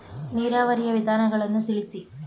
ನೀರಾವರಿಯ ವಿಧಾನಗಳನ್ನು ತಿಳಿಸಿ?